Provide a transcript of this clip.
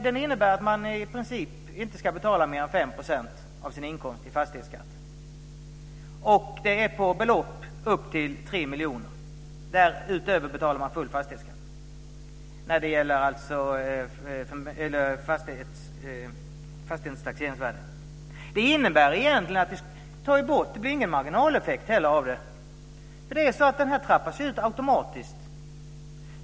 Den innebär att man i princip inte ska betala mer än 5 % av sin inkomst i fastighetsskatt. Det är på belopp upp till 3 miljoner kronor. Utöver det betalar man fullt ut när det gäller fastighetens taxeringsvärde. Det blir ingen marginaleffekt av det heller. Det här trappas ut automatiskt.